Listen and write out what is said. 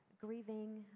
grieving